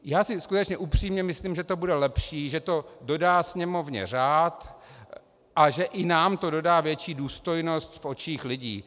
Já si skutečně upřímně myslím, že to bude lepší, že to dodá Sněmovně řád a že i nám to dodá lepší důstojnost v očích lidí.